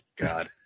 God